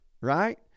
right